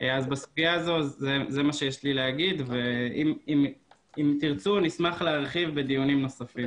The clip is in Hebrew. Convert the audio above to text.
בסוגיה הזאת זה מה שיש לי להגיד ואם תרצו נשמח להרחיב בדיונים נוספים.